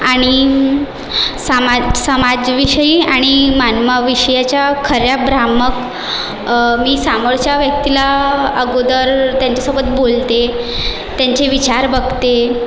आणि समाज समाजाविषयी आणि मानवाविषयीच्या खऱ्या भ्रामक मी समोरच्या व्यक्तीला अगोदर त्यांच्यासोबत बोलते त्यांचे विचार बघते